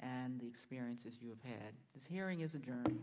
and the experiences you have had this hearing isn't